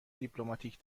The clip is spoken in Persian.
دیپلماتیک